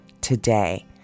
today